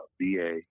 VA